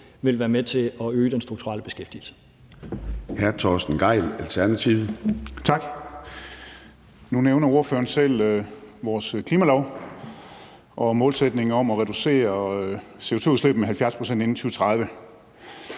vil være med til at øge den strukturelle beskæftigelse.